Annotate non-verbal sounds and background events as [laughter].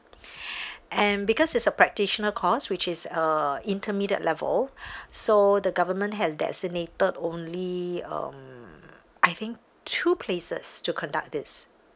[breath] and because is a practitioner course which is uh intermediate level [breath] so the government has designated only um I think two places to conduct this